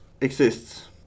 Exists